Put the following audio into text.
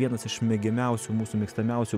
vienas iš mėgiamiausių mūsų mėgstamiausių